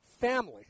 family